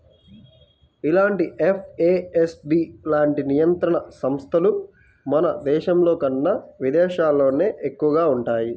ఇలాంటి ఎఫ్ఏఎస్బి లాంటి నియంత్రణ సంస్థలు మన దేశంలోకన్నా విదేశాల్లోనే ఎక్కువగా వుంటయ్యి